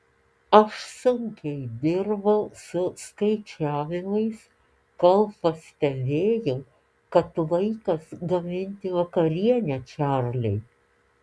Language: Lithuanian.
aš sunkiai dirbau su skaičiavimais kol pastebėjau kad laikas gaminti vakarienę čarliui